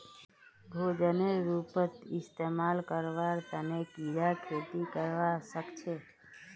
भोजनेर रूपत इस्तमाल करवार तने कीरा खेती करवा सख छे